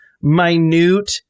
minute